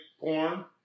porn